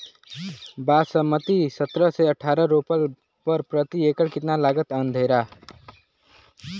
बासमती सत्रह से अठारह रोपले पर प्रति एकड़ कितना लागत अंधेरा?